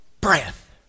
breath